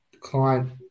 client